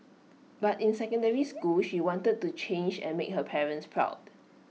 but in secondary school she wanted to change and make her parents proud